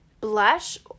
Blush